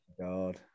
God